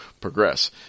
progress